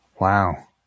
Wow